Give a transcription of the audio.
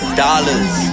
dollars